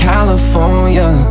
California